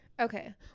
Okay